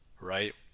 right